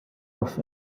off